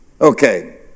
Okay